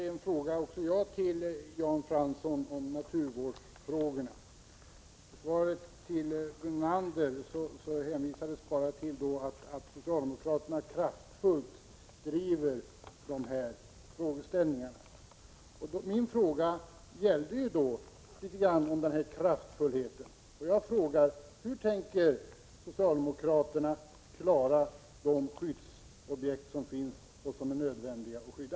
Herr talman! Jag ställde en fråga till Jan Fransson om naturvården. I svaret till Brunander hänvisades bara till att socialdemokraterna kraftfullt driver dessa frågeställningar. Min fråga gällde något just den kraftfullheten. Jag frågade: Hur tänker socialdemokraterna klara de skyddsobjekt som finns och som det är nödvändigt att skydda?